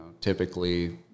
typically